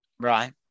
Right